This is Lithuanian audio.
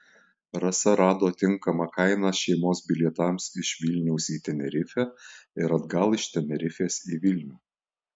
rasa rado tinkamą kainą šeimos bilietams iš vilniaus į tenerifę ir atgal iš tenerifės į vilnių